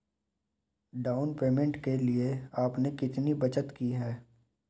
Down payment के लिए आपने कितनी बचत की है?